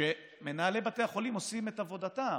שמנהלי בתי החולים עושים את עבודתם.